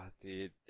dude